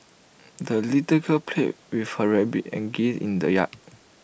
the little girl played with her rabbit and geese in the yard